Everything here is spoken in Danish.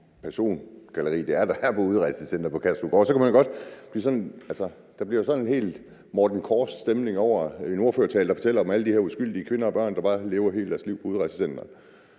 der er på Udrejsecenter Kærshovedgård, kan der blive sådan helt en Morten Korch-stemning i en ordførertale, der fortæller om alle de her uskyldige kvinder og børn, der bare lever hele deres liv på udrejsecenteret.